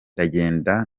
ndagenda